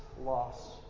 loss